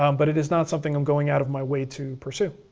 um but it is not something i'm going out of my way to pursue,